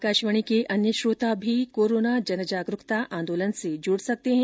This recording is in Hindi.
आकाशवाणी के अन्य श्रोता भी कोरोना जनजागरुकता आंदोलन से जुड सकते हैं